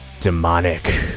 Demonic